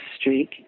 streak